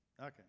Okay